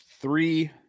three